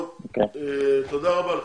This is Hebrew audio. טוב, תודה רבה לך.